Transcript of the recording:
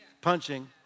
punching